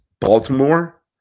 Baltimore